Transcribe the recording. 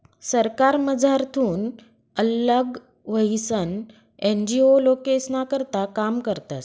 सरकारमझारथून आल्लग व्हयीसन एन.जी.ओ लोकेस्ना करता काम करतस